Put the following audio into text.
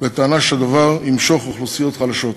בטענה שהדבר ימשוך אוכלוסיות חלשות.